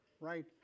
right